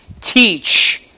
teach